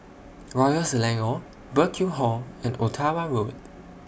Royal Selangor Burkill Hall and Ottawa Road